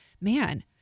man